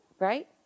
right